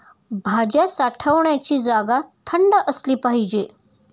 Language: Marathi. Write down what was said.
भाज्या साठवण्याची जागा थंड असली पाहिजे